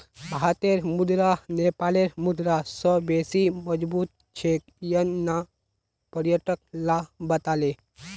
भारतेर मुद्रा नेपालेर मुद्रा स बेसी मजबूत छेक यन न पर्यटक ला बताले